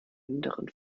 anderen